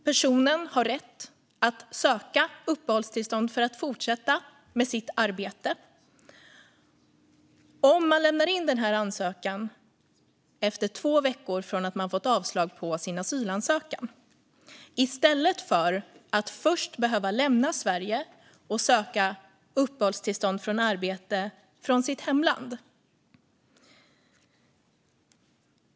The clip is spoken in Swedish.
Personer har rätt att söka uppehållstillstånd för att fortsätta med sitt arbete om ansökan lämnas in två veckor efter det att de fått avslag på sin asylansökan, i stället för att de först behöver lämna Sverige och sedan söka uppehållstillstånd för arbete från sitt hemland.